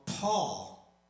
Paul